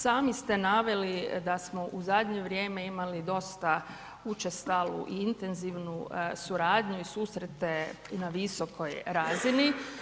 Sami ste naveli da smo u zadnje vrijeme imali dosta učestalu i intenzivnu suradnju i susrete na visokoj razini.